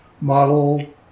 model